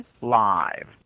live